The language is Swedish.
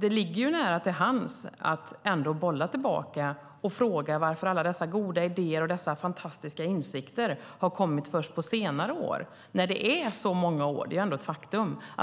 Det ligger nära till hands att bolla tillbaka och fråga varför alla dessa goda idéer och dessa fantastiska insikter har kommit först på senare år när det är så många år - det är ändå ett faktum -